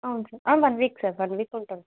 అవును సార్ ఆ one week sir వన్వీకుంటం